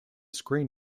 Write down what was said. screen